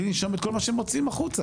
בלי לנשום את כל מה שהם מוציאים החוצה.